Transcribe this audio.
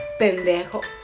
pendejo